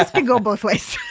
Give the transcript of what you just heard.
this can go both ways